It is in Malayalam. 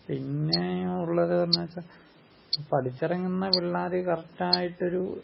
പിന്നെ ഉള്ളത് പറഞ്ഞാച്ചാ പഠിച്ചിറങ്ങുന്ന പിള്ളാര് കറക്റ്റായിട്ടൊരു